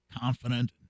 confident